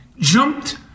jumped